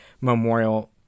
memorial